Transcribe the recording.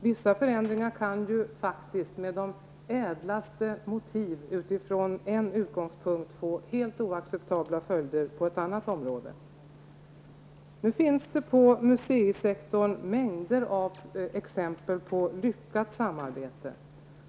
Vissa förändringar kan ju faktiskt, med de ädlaste av motiv från en utgångspunkt, få helt oacceptabla följder på ett annat område. Nu finns det på museeisektorn mängder av exempel på lyckat samarbete.